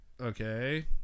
Okay